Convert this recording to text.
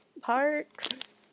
parks